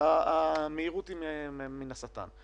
המהירות היא מן השטן.